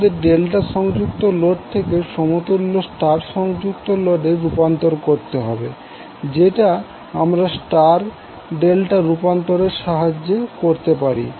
আমাদের ডেল্টা সংযুক্ত লোড থেকে সমতুল্য স্টার সংযুক্ত লোডে রূপান্তর করতে হবে যেটা আমরা স্টার ডেল্টা রূপান্তরের সাহায্যে করতে পারি